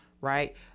right